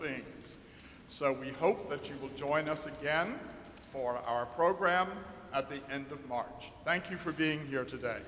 things so we hope that you will join us again for our program at the end of march thank you for being here today